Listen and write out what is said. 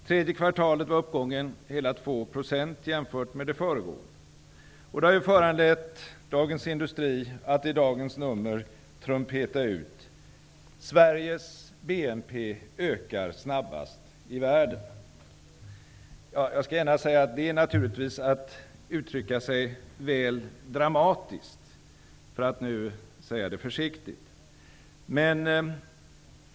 Tredje kvartalet var uppgången i ekonomin hela 2 % jämfört med det föregående. Det har föranlett Dagens Industri att i dagens nummer trumpeta ut att Sveriges BNP ökar snabbast i världen. Jag skall gärna säga att det naturligtvis är att uttrycka sig väl dramatiskt, för att nu säga det försiktigt.